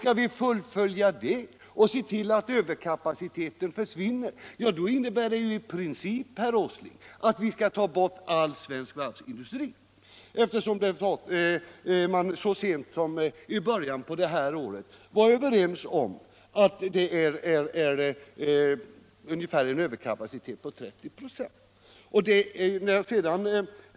Skall vi fullfölja intentionerna och se till att överkapaciteten försvinner innebär det i princip, herr Åsling, att vi skall ta bort hela den svenska varvsindustrin. Så sent som i början på det här året var man ju överens om att det finns en överkapacitet på ungefär 30 96.